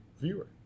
viewer